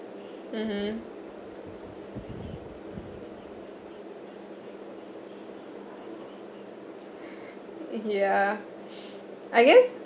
mmhmm yeah I guess